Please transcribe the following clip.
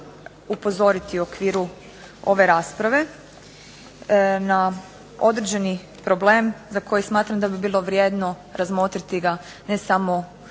upozoriti u okviru ove rasprave, na određeni problem za koji smatram da bi bilo vrijedno razmotriti ga, ne samo